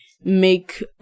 make